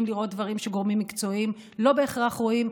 לראות דברים שגורמים מקצועיים לא בהכרח רואים.